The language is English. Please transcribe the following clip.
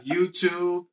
YouTube